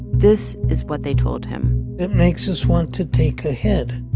this is what they told him it makes us want to take a head.